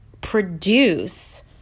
produce